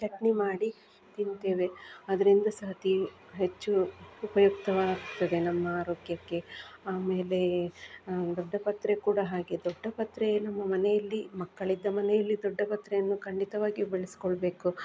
ಚಟ್ನಿ ಮಾಡಿ ತಿಂತೇವೆ ಅದರಿಂದ ಸಹ ಅತಿ ಹೆಚ್ಚು ಉಪಯುಕ್ತವಾಗ್ತದೆ ನಮ್ಮ ಆರೋಗ್ಯಕ್ಕೆ ಆಮೇಲೆ ದೊಡ್ಡಪತ್ರೆ ಕೂಡ ಹಾಗೆ ದೊಡ್ಡಪತ್ರೆಯನ್ನು ನಮ್ಮ ಮನೆಯಲ್ಲಿ ಮಕ್ಕಳಿದ್ದ ಮನೆಯಲ್ಲಿ ದೊಡ್ಡಪತ್ರೆಯನ್ನು ಖಂಡಿತವಾಗಿಯೂ ಬೆಳೆಸಿಕೊಳ್ಬೇಕು